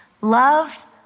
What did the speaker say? Love